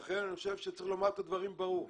אני חושב שצריך לומר את הדברים באופן ברור,